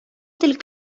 тел